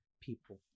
people